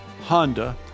Honda